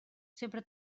sempre